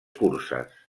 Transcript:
curses